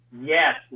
yes